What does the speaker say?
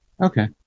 Okay